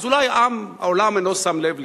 אז אולי העולם אינו שם לב לכך,